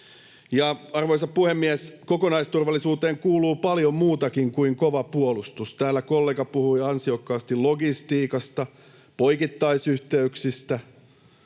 Arvoisa puhemies! Kokonaisturvallisuuteen kuuluu paljon muutakin kuin kova puolustus. Täällä kollega puhui ansiokkaasti logistiikasta, poikittaisyhteyksistä,